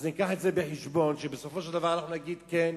אז נביא את זה בחשבון, שבסופו של דבר נגיד כן,